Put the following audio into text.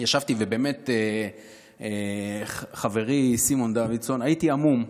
ישבתי ובאמת, חברי סימון דוידסון, הייתי המום.